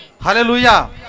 Hallelujah